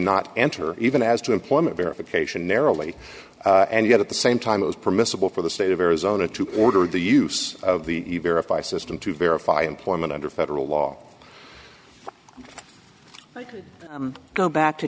not enter even as to employment verification narrowly and yet at the same time it is permissible for the state of arizona to order the use of the if i system to verify employment under federal law i could go back to